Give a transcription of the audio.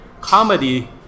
comedy